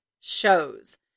shows